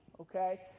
okay